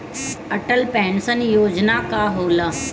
Atal pension योजना का होला?